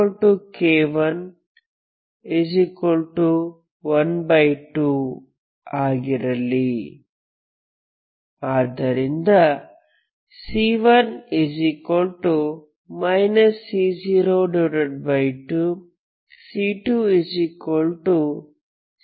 kk112 ಆಗಿರಲಿ ಆದ್ದರಿಂದC1 C02 C2C02